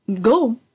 go